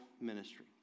ministry